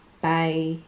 Bye